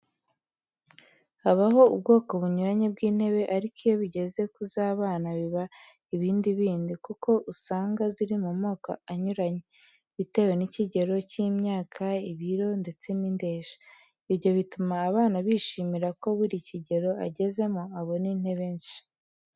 Habaho ubwoko bunyuranye bw'intebe, ariko iyo bigeze kuza abana biba ibindi bindi kuko uzanga ziri amokoko anyuranye; Bitewe ni ikigero cy'imyaka, ibiro ndetse ni indenshyo. Ibyo bituma abana bishimira ko buri kigero agezemo abona intebe nshya.